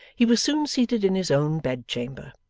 he was soon seated in his own bed-chamber,